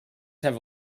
have